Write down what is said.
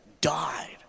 died